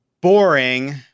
boring